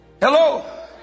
Hello